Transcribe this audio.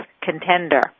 contender